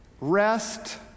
rest